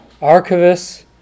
archivists